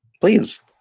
please